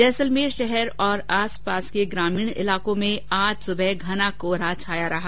जैसलमेर शहर और आसपास के ग्रामीण इलाकों में आज सुबह घना कोहरा रहा